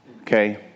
Okay